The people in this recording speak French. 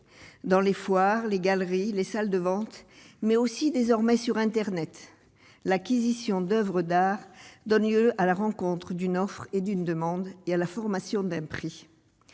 dans les foires, les galeries, les salles de vente mais aussi désormais sur internet, l'acquisition d'Oeuvres d'art donne lieu à la rencontre du offre et d'une demande et à la formation d'un prix